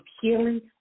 healing